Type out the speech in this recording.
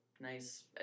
nice